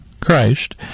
Christ